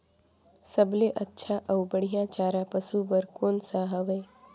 सबले अच्छा अउ बढ़िया चारा पशु बर कोन सा हवय?